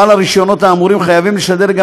בעלי הרישיונות האמורים חייבים לשדר גם